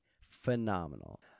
phenomenal